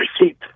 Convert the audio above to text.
receipt